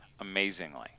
amazingly